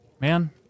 Man